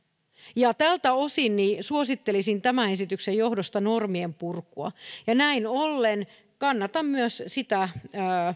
tältä osin suosittelisin tämän esityksen johdosta normien purkua näin ollen kannatan myös sitä